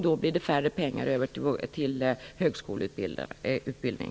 Då blir det mindre pengar över till högskoleutbildning.